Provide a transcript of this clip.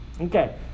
Okay